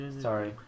sorry